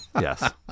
Yes